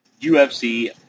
UFC